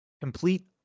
Complete